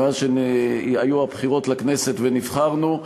מאז הבחירות לכנסת שבהן נבחרנו,